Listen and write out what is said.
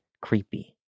creepy